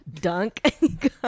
dunk